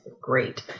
great